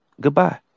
Goodbye